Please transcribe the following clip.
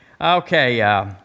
Okay